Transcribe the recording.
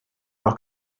doch